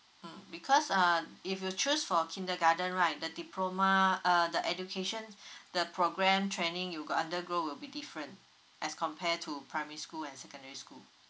mm because uh if you choose for kindergarten right the diploma uh the education the program training you got undergo will be different as compare to primary school and secondary school